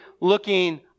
looking